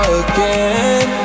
again